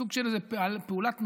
סוג של פעולת מחאה,